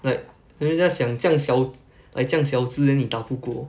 like 人家想这样小 like 这样来小子 then 你打不过